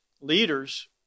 leaders